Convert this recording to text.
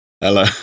Hello